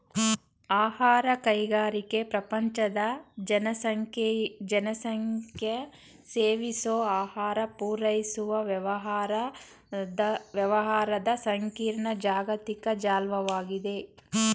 ಆಹಾರ ಕೈಗಾರಿಕೆ ಪ್ರಪಂಚದ ಜನಸಂಖ್ಯೆಸೇವಿಸೋಆಹಾರಪೂರೈಸುವವ್ಯವಹಾರದಸಂಕೀರ್ಣ ಜಾಗತಿಕ ಜಾಲ್ವಾಗಿದೆ